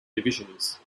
divisions